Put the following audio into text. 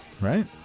right